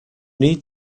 need